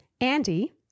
Andy